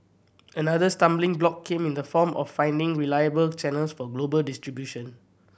another stumbling block came in the form of finding reliable channels for global distribution